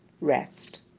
rest